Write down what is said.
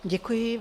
Děkuji.